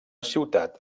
ciutat